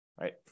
right